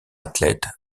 athlètes